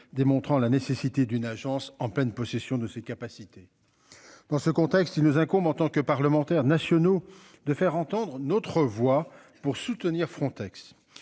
démontrant la nécessité d'une agence en pleine possession de ses capacités. Dans ce contexte, il nous incombe en tant que parlementaires nationaux de faire entendre notre voix pour soutenir Frontex.